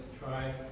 try